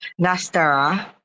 Nastara